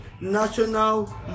national